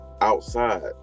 outside